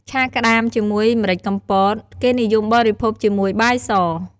ឆាក្ដាមជាមួយម្រេចកំពតគេនិយមបរិភោគជាមួយបាយស។